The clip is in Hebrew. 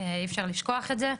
אי אפשר לשכוח את זה.